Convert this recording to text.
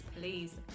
Please